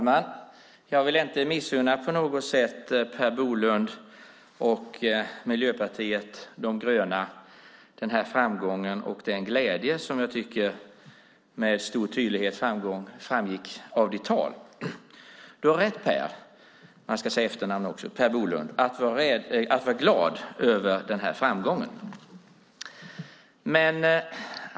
Herr talman! Jag vill inte på något sätt missunna Per Bolund och Miljöpartiet de gröna framgången och glädjen som jag tycker med stor tydlighet framgick av ditt tal. Du har rätt, Per Bolund, att få vara glad över framgången.